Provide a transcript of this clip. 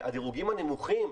הדירוגים הנמוכים,